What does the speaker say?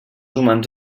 humans